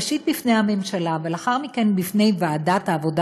ראשית בפני הממשלה אבל לאחר מכן בפני ועדת העבודה,